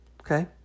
Okay